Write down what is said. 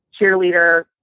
cheerleader